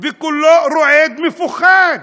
וכולו רועד, מפוחד.